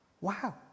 Wow